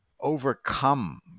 overcome